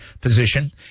position